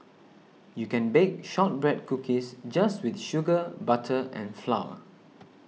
you can bake Shortbread Cookies just with sugar butter and flour